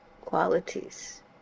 qualities